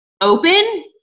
open